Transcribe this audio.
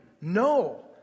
no